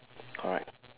correct